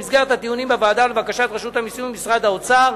במסגרת הדיונים בוועדה ולבקשת רשות המסים ומשרד האוצר